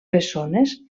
bessones